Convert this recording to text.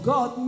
God